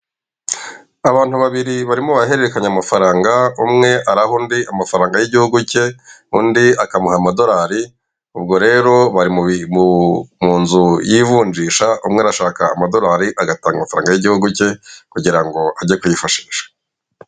Abantu babiri barimo barahererekanya amafaranga umwe araha undi amafaranga y'igihugu ke undi akamuha amadorari ubwo rero bari mu nzu y'ivunjisha umwe arashaka amadorari agatanga amafaranaga y'igihugu ke kugira ngo age kuyifashisha.